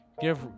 give